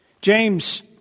James